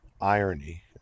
irony